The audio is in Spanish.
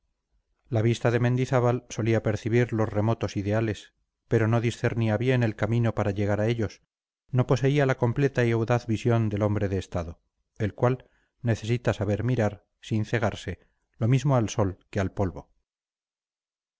la vista de mendizábal solía percibir los remotos ideales pero no discernía bien el camino para llegar a ellos no poseía la completa y audaz visión del hombre de estado el cual necesita saber mirar sin cegarse lo mismo al sol que al polvo